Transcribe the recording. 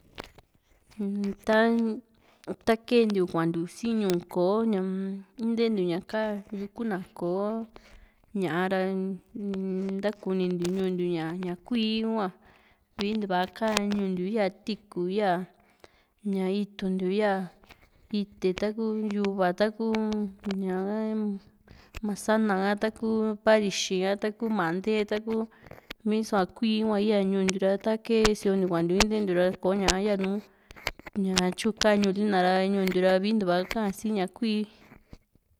ta ta kee ntiu kuantiu sii´n ñuu kò´o ñaa-m ntee ntiu ña ka yuku na kò´o ña´ra nta´kuni ntiu ñuu ntiu ña kuíí hua vii ntuuva ka ñuu ntiu ya tiikú ya, ña itu ntiu ya, ite taku yuva taku ña´ha masana ha taku parixi ha taku mante taku mii so´a kuíí hua ya ñuu ntiu ra ta kee siontiu kuantiu intee ntiu ra ko´ña yanuu ña tyu kaa ñuu lina ra ñuu ntiu ra vii ntua kaa ña si´ña kuíí